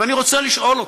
ואני רוצה לשאול אותך,